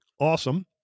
awesome